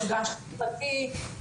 מפגש כיתתי,